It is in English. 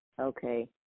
okay